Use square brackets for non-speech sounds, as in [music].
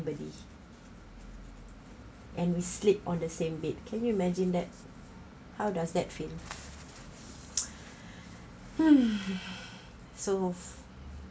anybody and we sleep on the same bed can you imagine that how does that feeling [noise] hmm so